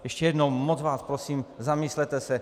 Ještě jednou, moc vás prosím, zamyslete se.